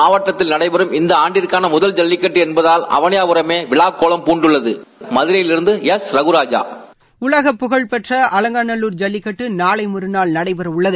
மாவட்டத்தில் நடைபெறம் இந்த ஆண்டிற்கான முதல் ஜல்லிக்கட்டு என்பதால் அவனியாரும் விழா கோலம் பூண்டுள்ளது மதனாயிலிருந்து ரகுறுண்ட்டி உலகப் புகழ்பெற்ற அலங்காநல்லுா் ஜல்லிக்கட்டு நாளை மறுநாள் நடைபெற உள்ளது